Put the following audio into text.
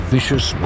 Vicious